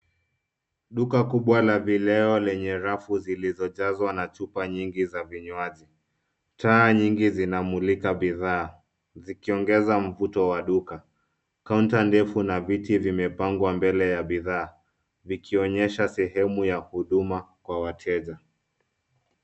Duka kubwa la vileo lenye rafu zilizojazwa na chupa nyingi za vinywaji. Taa nyingi zinamulika bidhaa, zikiongeza mvuto wa duka. Kaunta ndefu na viti vimepangwa mbele ya bidhaa vikionyesha sehemu ya huduma kwa wateja.